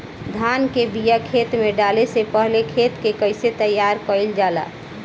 धान के बिया खेत में डाले से पहले खेत के कइसे तैयार कइल जाला?